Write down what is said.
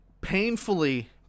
painfully